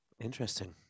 Interesting